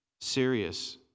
serious